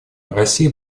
россия